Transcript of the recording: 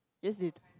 yes in